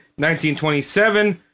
1927